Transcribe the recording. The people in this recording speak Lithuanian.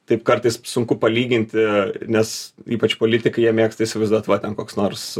taip kartais sunku palyginti nes ypač politikai jie mėgsta įsivaizduot va ten koks nors